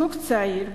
זוג צעיר,